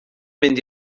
mynd